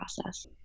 process